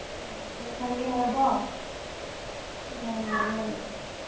ꯍꯣ ꯐꯔꯦ ꯌꯧꯔꯕꯣ ꯑꯣ ꯌꯥꯔꯦ ꯌꯥꯔꯦ ꯑꯗꯨꯗꯤ